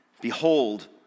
behold